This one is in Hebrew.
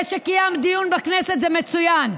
זה שקיימת דיון בכנסת זה מצוין,